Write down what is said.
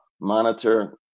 monitor